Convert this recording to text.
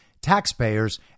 taxpayers